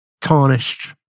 tarnished